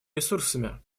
ресурсами